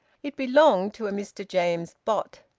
it belonged to a mr james bott,